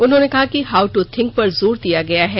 उन्होंने कहा कि हाउ दू थिंक पर जोर दिया गया है